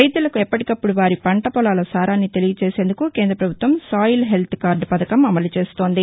రైతులకు ఎప్పటికప్పుడు వారి పంట పొలాల సారాన్ని తెలియ చేసేందుకు కేంద్ర పభుత్వం సాయిల్ హెల్త్ కార్డ్ పధకం అమలుచేస్తోంది